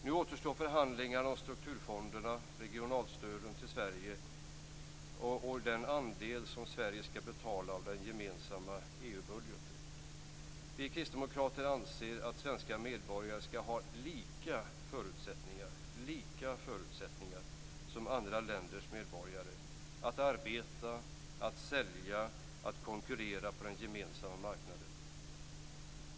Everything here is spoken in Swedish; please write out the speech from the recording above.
Nu återstår förhandlingarna om strukturfonderna och regionalstöden till Sverige och den andel som Sverige skall betala av den gemensamma EU Vi kristdemokrater anser att svenska medborgare skall ha lika förutsättningar som andra länders medborgare att arbeta, sälja och konkurrera på den gemensamma marknaden.